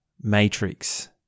matrix